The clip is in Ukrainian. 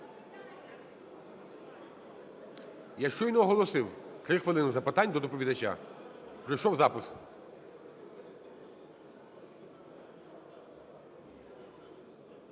Я щойно оголосив, 3 хвилини запитань до доповідача, пройшов запис.